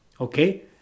okay